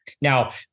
Now